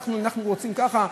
אנחנו רוצים ככה.